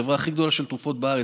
החברה הכי גדולה של תרופות בארץ: